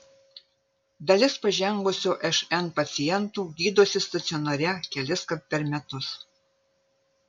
dalis pažengusio šn pacientų gydosi stacionare keliskart per metus